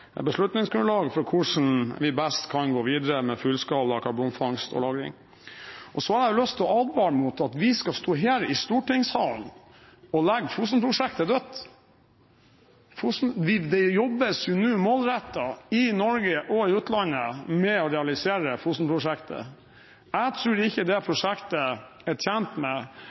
beslutningsgrunnlag for hvordan vi best kan gå videre med fullskala karbonfangst og -lagring. Jeg vil advare mot å stå i stortingssalen og legge Fosen-prosjektet dødt. Det jobbes nå målrettet i Norge og utlandet med å realisere Fosen-prosjektet. Jeg tror ikke det